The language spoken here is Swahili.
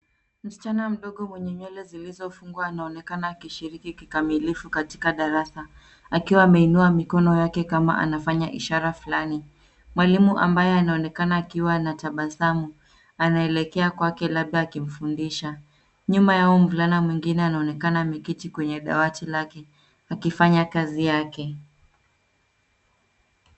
Msichana mdogo mwenye nywele zilizofugwa anaonekana akishiriki kikamilifu katika darasa akiwa ameinua mikono yake kama anafanya ishara fulani. Mwalimu ambaye anaonekana akiwa anatabasamu anaelekea kwake labda akimfundisha. Nyuma yao mvulani mwingine anaonekana ameketi kwenye dawati lake akifanya kazi yake.